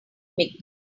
mick